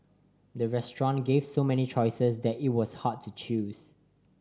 the restaurant gave so many choices that it was hard to choose